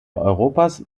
europas